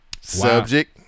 Subject